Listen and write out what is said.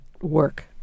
work